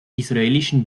israelischen